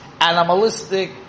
animalistic